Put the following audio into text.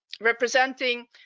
representing